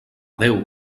déu